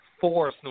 four